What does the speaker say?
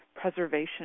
preservation